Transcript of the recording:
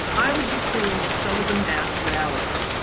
i would be singing at some of the mass rallies.